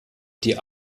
die